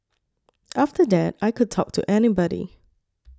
after that I could talk to anybody